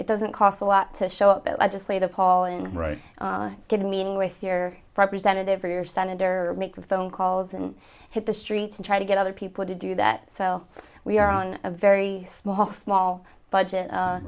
it doesn't cost a lot to show up at legislative hall and write good meeting with your representative or your senator make the phone calls and hit the streets and try to get other people to do that so we are on a very small small budget